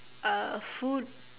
uh food